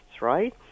right